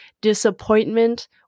disappointment